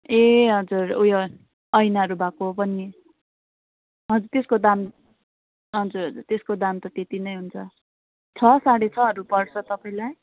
ए हजुर उयो ऐनाहरू भएको पनि हजुर त्यसको दाम हजुर हजुर त्यसको दाम त्यति नै हुन्छ छ साढे छहरू पर्छ तपाईँलाई